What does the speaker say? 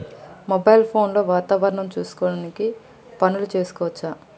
Mobile phone లో వాతావరణం చూసుకొని పనులు చేసుకోవచ్చా?